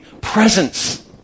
presence